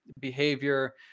behavior